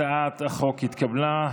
הצעת החוק התקבלה.